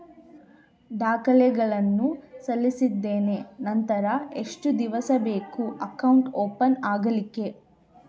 ದಾಖಲೆಗಳನ್ನು ಸಲ್ಲಿಸಿದ್ದೇನೆ ನಂತರ ಎಷ್ಟು ದಿವಸ ಬೇಕು ಅಕೌಂಟ್ ಓಪನ್ ಆಗಲಿಕ್ಕೆ?